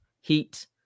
heat